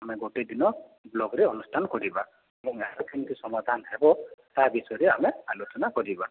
ଆମେ ଗୋଟେ ଦିନ ବ୍ଲକ୍ରେ ଅନୁଷ୍ଠାନ କରିବା ଏବଂ ଏହାର କେମିତି ସମାଧାନ ହେବ ତା ବିଷୟରେ ଆମେ ଆଲୋଚନା କରିବା